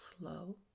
slow